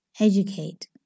educate